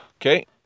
okay